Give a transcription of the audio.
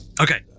Okay